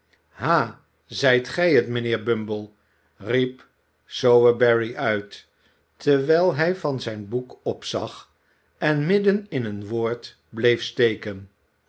ha zijt gij het mijnheer bumbk riep sowerberry uit terwijl hij van zijn boek opzag en midden in een woord bleef steken